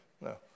No